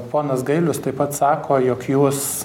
ponas gailius taip pat sako jog jūs